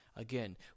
Again